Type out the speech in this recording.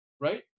right